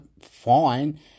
fine